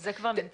אז זה כבר נמצא,